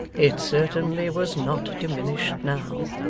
it certainly was not diminished now.